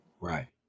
Right